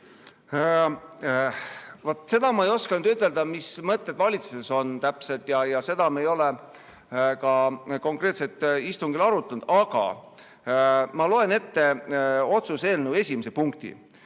seda ma ei oskagi ütelda, mis mõtted valitsuses täpselt on. Ja seda me ei ole ka konkreetselt istungil arutanud. Aga ma loen ette otsuse eelnõu esimese punkti: